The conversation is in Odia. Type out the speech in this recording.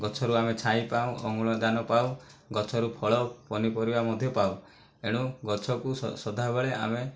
ଗଛରୁ ଆମେ ଛାଇ ପାଉ ଅମ୍ଳଜାନ ପାଉ ଗଛରୁ ଫଳ ପନିପରିବା ମଧ୍ୟ ପାଉ ଏଣୁ ଗଛକୁ ସଦାବେଳେ ଆମେ